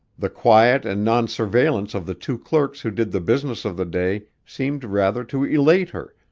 the quiet and non-surveillance of the two clerks who did the business of the day seemed rather to elate her,